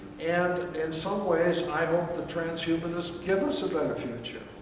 and in some ways i hope the transhumanists give us a better future.